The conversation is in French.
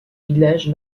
village